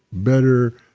better,